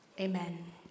Amen